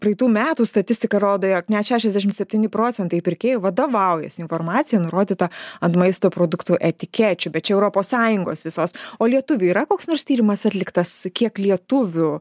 praeitų metų statistika rodo jog net šešiasdešimt septyni procentai pirkėjų vadovaujasi informacija nurodyta ant maisto produktų etikečių bet čia europos sąjungos visos o lietuvių yra koks nors tyrimas atliktas kiek lietuvių